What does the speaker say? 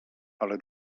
ale